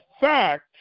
fact